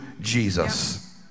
Jesus